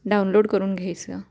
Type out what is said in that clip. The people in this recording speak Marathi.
डाउनलोड करून घ्यायचं